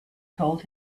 told